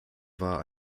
war